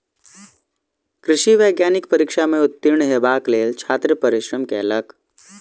कृषि वैज्ञानिक परीक्षा में उत्तीर्ण हेबाक लेल छात्र परिश्रम कयलक